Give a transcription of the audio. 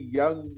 young